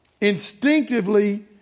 instinctively